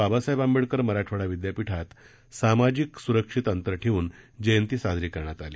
बाबासाहेब आंबेडकर मराठवाडा विद्यापिठात सामाजिक सुरक्षित अंतर ठेऊन जयंती साजरी करण्यात आली